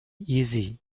easy